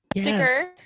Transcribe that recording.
stickers